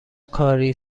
کاری